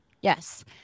yes